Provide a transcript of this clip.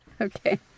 Okay